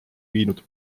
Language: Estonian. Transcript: viinud